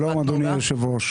שלום, אדוני היושב-ראש.